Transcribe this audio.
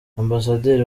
ambasaderi